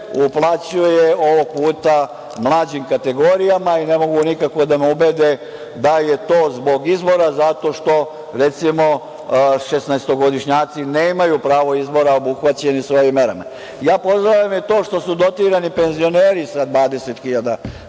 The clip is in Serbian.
uplaćuje ovog puta mlađim kategorijama. Ne mogu nikako da me ubede da je to zbog izbora, zato što, recimo, šesnaestogodišnjaci nemaju pravo izbora, a obuhvaćeni su ovim merama. Ja pozdravljam i to što su dotirani penzioneri sa 20.000